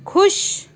ਖੁਸ਼